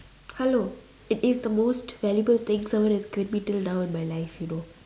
hello it is the most valuable thing someone has given me till now my life you know